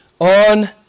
on